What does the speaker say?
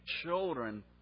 children